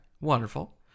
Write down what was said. wonderful